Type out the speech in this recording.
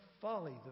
folly